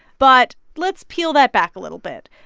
but let's peel that back a little bit.